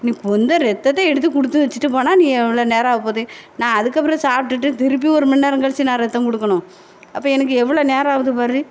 நீ கொஞ்சம் ரத்தத்தை எடுத்து கொடுத்து வச்சுட்டு போனால் நீ எவ்வளோ நேரம் ஆகப்போது நான் அதுக்கப்புறம் சாப்பிட்டுட்டு திருப்பியும் ஒரு மணி நேரம் கழிச்சி நான் ரத்தம் கொடுக்கணும் அப்போ எனக்கு எவ்வளோ நேரம் ஆகுது பார்